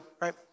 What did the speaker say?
right